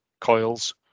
coils